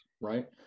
Right